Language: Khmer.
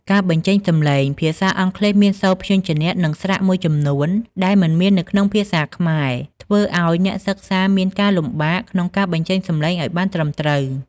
ការបញ្ចេញសំឡេង ភាសាអង់គ្លេសមានសូរព្យញ្ជនៈ និងស្រៈមួយចំនួនដែលមិនមាននៅក្នុងភាសាខ្មែរ ធ្វើឱ្យអ្នកសិក្សាមានការលំបាកក្នុងការបញ្ចេញសំឡេងឱ្យបានត្រឹមត្រូវ។